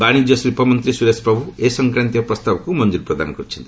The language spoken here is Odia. ବାଣିଜ୍ୟ ଶିକ୍ଷ ମନ୍ତ୍ରୀ ସୁରେଶ ପ୍ରଭୁ ଏ ସଂକ୍ରାନ୍ତୀୟ ପ୍ରସ୍ତାବକୁ ମଞ୍ଜୁରି ପ୍ରଦାନ କରିଛନ୍ତି